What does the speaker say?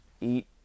eat